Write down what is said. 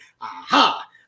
aha